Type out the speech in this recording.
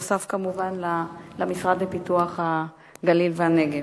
נוסף כמובן על המשרד לפיתוח הגליל והנגב.